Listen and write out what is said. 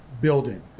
building